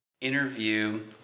interview